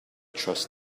trust